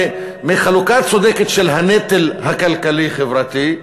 מחלוקה צודקת של הנטל הכלכלי-חברתי.